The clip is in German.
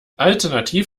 alternativ